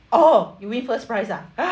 oh you win first prize ah